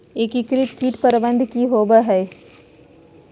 एकीकृत कीट प्रबंधन की होवय हैय?